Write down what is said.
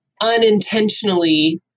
unintentionally